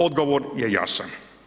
Odgovor je jasan.